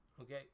okay